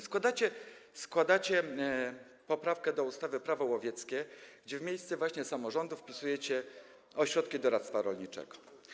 Składacie poprawkę do ustawy Prawo łowieckie, gdzie w miejsce właśnie samorządu wpisujecie ośrodki doradztwa rolniczego.